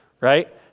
right